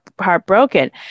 heartbroken